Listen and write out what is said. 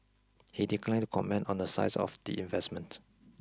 he declined to comment on the size of the investment